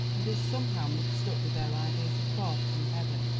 and is somehow mixed up with their ideas of god and heaven.